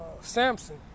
Samson